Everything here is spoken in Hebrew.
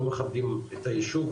לא מכבדים את היישוב,